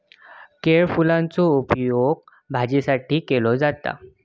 केळफुलाचो उपयोग भाजीसाठी केलो जाता